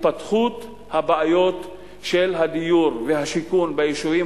התפתחות הבעיות של הדיור והשיכון ביישובים